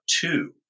two